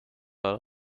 are